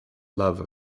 love